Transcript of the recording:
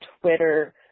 Twitter